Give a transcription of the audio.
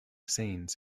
scenes